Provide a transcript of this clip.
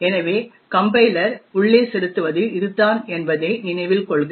எனவே கம்பைலர் உள்ளே செலுத்துவது இதுதான் என்பதை நினைவில் கொள்க